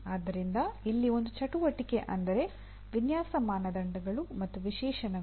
ಆದ್ದರಿಂದ ಇಲ್ಲಿ ಒಂದು ಚಟುವಟಿಕೆ ಅಂದರೆ ವಿನ್ಯಾಸ ಮಾನದಂಡಗಳು ಮತ್ತು ವಿಶೇಷಣಗಳು